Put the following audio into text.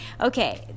okay